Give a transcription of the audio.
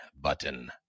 button